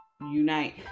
Unite